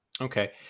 Okay